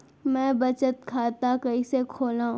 मै बचत खाता कईसे खोलव?